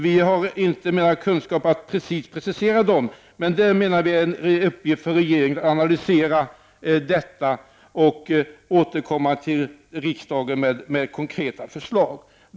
Vi har inte tillräcklig kunskap för att kunna precisera de åtgärder som bör vidtas, men vi anser att det är en uppgift för regeringen att göra en analys och återkomma till riksdagen med konkreta förslag.